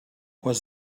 was